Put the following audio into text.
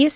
S